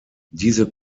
diese